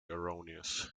erroneous